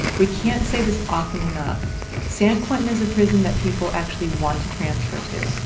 we can't say this often enough san quentin is a prison that people actually want to transfer to,